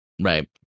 Right